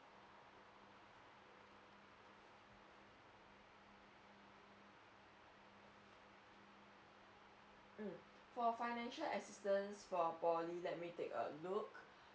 mm for financial assistance for poly let me take a look